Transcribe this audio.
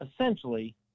essentially